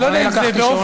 אבל אני לקחתי שעון,